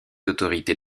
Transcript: autorités